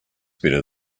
better